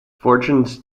fortunes